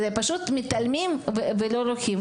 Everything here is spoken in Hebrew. פשוט מתעלמים ולא לוקחים.